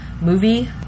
movie